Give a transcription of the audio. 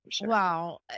Wow